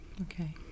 Okay